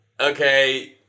Okay